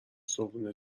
صبحونه